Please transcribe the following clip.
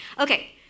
okay